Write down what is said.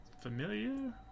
Familiar